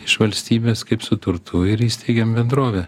iš valstybės kaip su turtu ir įsteigėm bendrovę